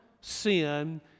sin